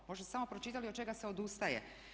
Možda ste samo pročitali od čega se odustaje.